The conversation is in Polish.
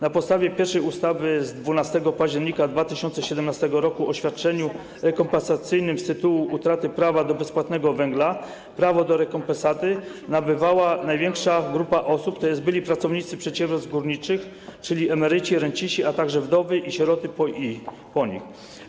Na podstawie pierwszej ustawy z 12 października 2017 r. o świadczeniu rekompensacyjnym z tytułu utraty prawa do bezpłatnego węgla prawo do rekompensaty nabywała największa grupa osób, tj. byli pracownicy przedsiębiorstw górniczych, czyli emeryci i renciści, a także wdowy i sieroty po nich.